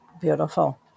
Beautiful